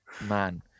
man